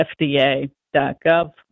FDA.gov